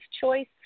choice